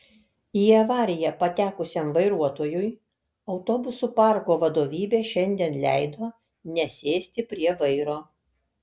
į avariją patekusiam vairuotojui autobusų parko vadovybė šiandien leido nesėsti prie vairo